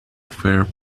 fair